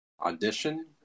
Audition